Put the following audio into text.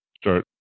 Start